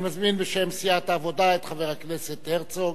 אני מזמין בשם סיעת העבודה את חבר הכנסת הרצוג,